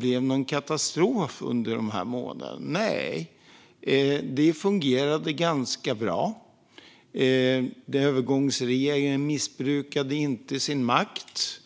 det någon katastrof under de månaderna? Nej, det fungerade ganska bra. Övergångsregeringen missbrukade inte sin makt.